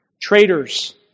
Traitors